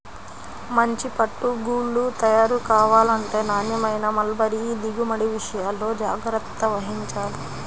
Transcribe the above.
మంచి పట్టు గూళ్ళు తయారు కావాలంటే నాణ్యమైన మల్బరీ దిగుబడి విషయాల్లో జాగ్రత్త వహించాలి